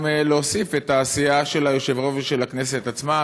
גם להוסיף את העשייה של היושב-ראש ושל הכנסת עצמה.